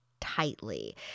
tightly